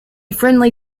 friendly